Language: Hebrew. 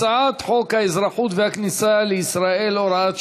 הצעת חוק האזרחות והכניסה לישראל (הוראת שעה)